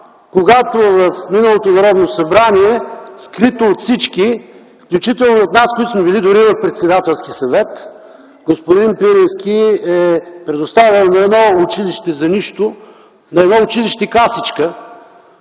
В миналото Народно събрание, скрито от всички, включително и от нас, които сме били дори на Председателски съвет, господин Пирински е предоставил на едно училище за нищо, на едно училище-касичка